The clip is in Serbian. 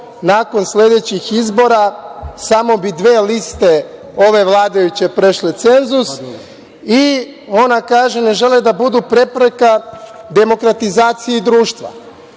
nakon sledećih izbora samo bi dve liste ove vladajuće prešle cenzus i ona kaže da ne žele da budu prepreka demokratizaciji društva.